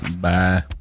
bye